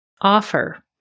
offer